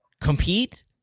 compete